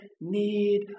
need